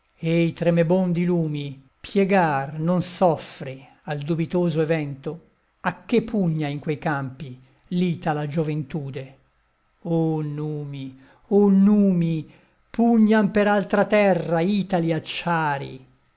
i tremebondi lumi piegar non soffri al dubitoso evento a che pugna in quei campi l'itala gioventude o numi o numi pugnan per altra terra itali acciari